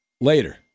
later